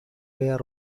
were